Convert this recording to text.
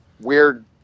weird